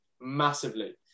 Massively